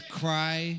cry